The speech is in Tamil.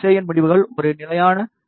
ஏ முடிவுகள் ஒரு நிலையான வி